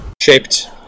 Shaped